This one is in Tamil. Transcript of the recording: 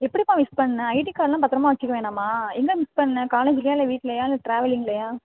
எப்படிப்ப மிஸ் பண்ண ஐடி கார்டெலாம் பத்திரமா வெச்சுக்க வேணாமா எங்கே மிஸ் பண்ண காலேஜிலேயா இல்லை வீட்லேயா இல்லை ட்ராவலிங்லேயா